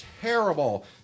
terrible